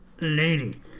Lady